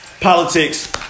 Politics